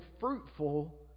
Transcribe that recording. fruitful